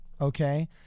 Okay